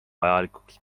vajalikuks